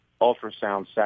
ultrasound